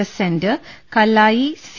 S centre Kallayi C